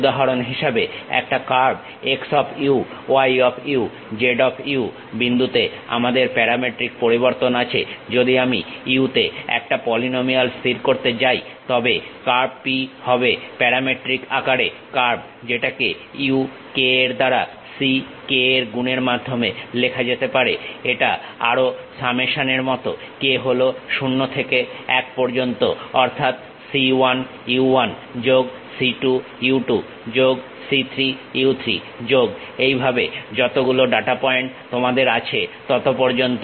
উদাহরণ হিসেবে একটা curve x of u y of u z of u বিন্দুতে আমাদের প্যারামেট্রিক পরিবর্তন আছে যদি আমি u এতে একটা পলিনোমিয়াল স্থির করতে যাই তবে কার্ভ P হবে প্যারামেট্রিক আকারে কার্ভ যেটাকে u k এর দ্বারা c k এর গুণের মাধ্যমে লেখা যেতে পারে এটা আরো সামেশন এর মত k হলো 0 থেকে 1 পর্যন্ত অর্থাৎ c 1 u 1 যোগ c 2 u 2যোগ c 3 u 3 যোগ এবং এইভাবে যতগুলো ডাটা পয়েন্ট তোমাদের আছে তত পর্যন্ত